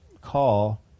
call